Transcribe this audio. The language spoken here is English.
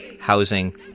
housing